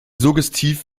suggestiv